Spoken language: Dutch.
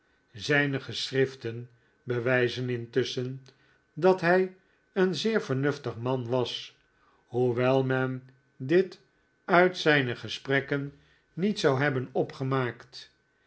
zijne schriften bewizen intusschen dat hij een zeer vernuftig man was hoewel men dit uit zijne gesprekken niet zou hebben opgemaakt